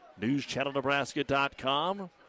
NewsChannelNebraska.com